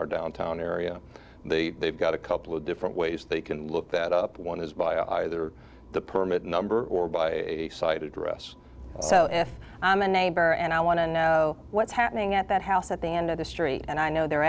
our downtown area they they've got a couple of different ways they can look that up one is by either the permit number or by the site address so if i'm a neighbor and i want to know what's happening at that house at the end of the story and i know their